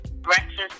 breakfast